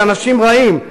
כאנשים רעים.